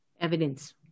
evidence